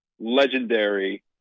legendary